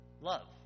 love